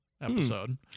episode